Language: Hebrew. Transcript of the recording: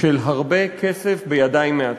של הרבה כסף בידיים מעטות,